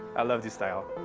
i love this style.